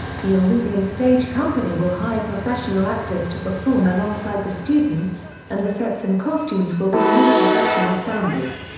the alluvion stage company will hire professional actors to perform alongside the students, and the sets and costumes will be meet professional standards.